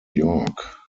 york